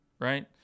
right